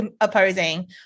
opposing